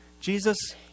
Jesus